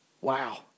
Wow